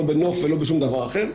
לא בנוף ולא בשום דבר אחר,